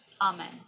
Amen